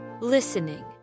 listening